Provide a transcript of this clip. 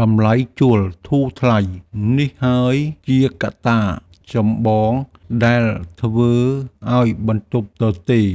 តម្លៃជួលធូរថ្លៃនេះហើយជាកត្តាចម្បងដែលធ្វើឱ្យបន្ទប់ទទេរ